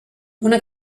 una